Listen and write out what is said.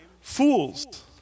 fools